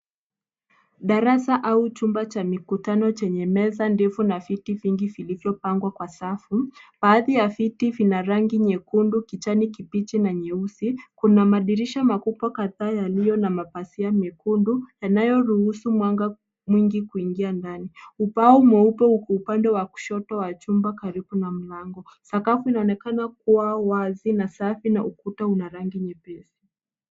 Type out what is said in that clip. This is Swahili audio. Darasa au chumba cha mikutano chenye meza ndefu na viti vingi vilivyopangwa kwa safu. Baadhi ya viti vina rangi nyekundu, kijani kibichi na nyeusi. Kuna madirisha makubwa kadhaa yaliyo na mapazia mekundu yanayoruhusu mwanga mwingi kuingia ndani. ubao mweupe uko upande wa kushoto wa chumba karibu na mlango. Sakafu inaonekana kuwa wazi na safi na ukuta una rangi nyepesi.